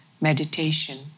meditation